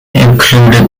included